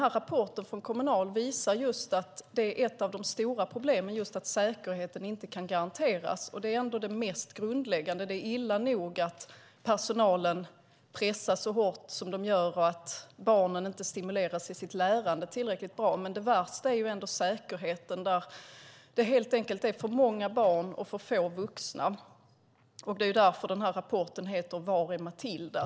Rapporten från Kommunal visar att ett av de stora problemen är just att säkerheten inte kan garanteras trots att det är det mest grundläggande. Det är illa nog att personalen pressas så hårt som sker och att barnen inte stimuleras tillräckligt bra i sitt lärande, men det värsta är ändå den bristande säkerheten. Det är helt enkelt för många barn och för få vuxna. Det är också därför rapporten heter Har någon sett Matilda?